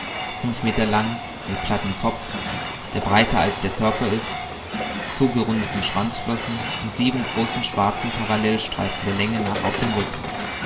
fünf meter lang mit plattem kopf der breiter als der körper ist zugerundeten schwanzflossen und sieben großen schwarzen parallelstreifen der länge nach auf dem rücken